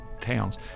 towns